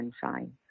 sunshine